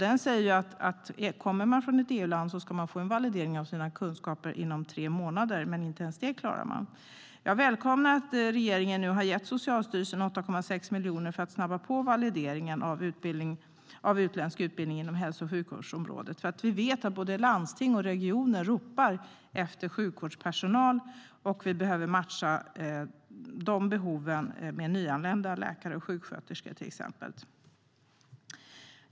Den säger att om man kommer från ett EU-land ska man få en validering av kunskaperna inom tre månader, men inte ens det klarar man. Jag välkomnar att regeringen gett Socialstyrelsen 8,6 miljoner för att snabba på valideringen av utländsk utbildning inom hälso och sjukvårdsområdet. Vi vet att landsting och regioner ropar efter sjukvårdspersonal, och vi behöver matcha de behoven med till exempel nyanlända läkare och sjuksköterskor.